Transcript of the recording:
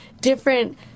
different